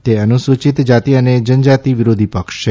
તે અનુસૂચિત જાતિ અને જનજાતિ વિરોધીપક્ષ છે